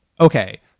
okay